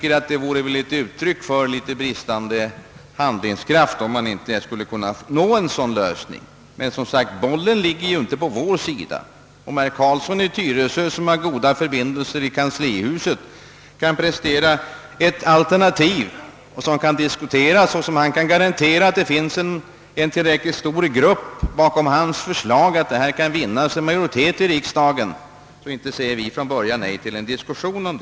Jag anser det vara uttryck för bristande handlingskraft om man inte kan nå en sådan lösning. Men bollen ligger som sagt inte på vår sida. Om herr Carlsson i Tyresö, som har goda förbindelser i kanslihuset, kan presentera ett alternativ, bakom vilket står en tillräckligt stor grupp för att det skall kunna vinna majoritet i riksdagen, så inte säger vi från början nej till en diskussion därom.